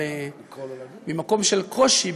אבל ממקום של קושי,